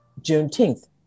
Juneteenth